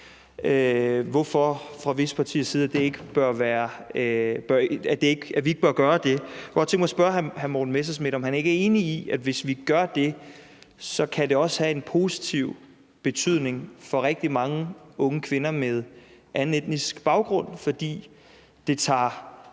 herinde fra visse partiers side om, hvorfor vi ikke bør gøre det. Jeg kunne godt tænke mig at spørge hr. Morten Messerschmidt, om han ikke er enig i, at hvis vi gør det, kan det også have en positiv betydning for rigtig mange unge kvinder med anden etnisk baggrund, fordi det tager